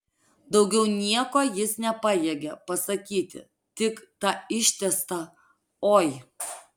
daugiau nieko jis nepajėgė pasakyti tik tą ištęstą oi